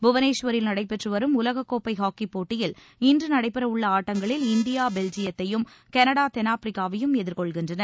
புவனேஸ்வரில் நடைபெற்று வரும் உலகக்கோப்பை ஹாக்கிப் போட்டியில் இன்று நடைபெறவுள்ள ஆட்டங்களில் இந்தியா பெல்ஜியத்தையும் களடா தென்னாப்பிரிக்காவையும் எதிர்கொள்கினறன